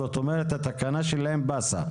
זאת אומרת שהתקנה שלהם עברה.